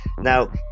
Now